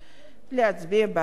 להצביע בעד החוק.